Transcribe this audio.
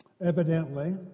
evidently